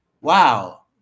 wow